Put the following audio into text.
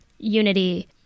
Unity